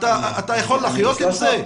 אתה יכול לחיות עם זה?